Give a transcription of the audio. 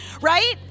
Right